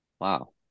wow